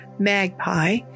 Magpie